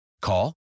Call